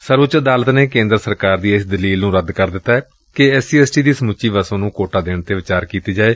ਸਰਵਉੱਚ ਅਦਾਲਤ ਨੇ ਕੇਂਦਰ ਸਰਕਾਰ ਦੀ ਇਸ ਦਲੀਲ ਨੂੰ ਵੀ ਰੱਦ ਕਰ ਦਿੱਤੈ ਕਿ ਐਸ ਸੀ ਐਸ ਟੀ ਦੀ ਸਮੁੱਚੀ ਵਸੋਂ ਨੂੰ ਕੋਟਾ ਦੇਣ ਤੇ ਵਿਚਾਰ ਕੀਤੀ ਜਾਏ